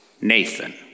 Nathan